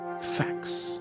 facts